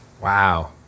wow